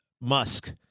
Musk